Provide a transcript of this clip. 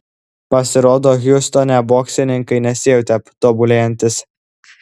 pasirodo hjustone boksininkas nesijautė tobulėjantis